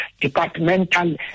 departmental